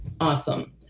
Awesome